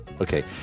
Okay